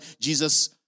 Jesus